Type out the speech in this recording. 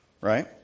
right